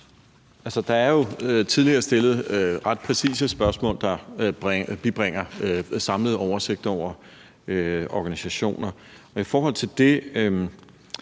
Der er jo tidligere stillet ret præcise spørgsmål, der bibringer en samlet oversigt over organisationer. I forhold til det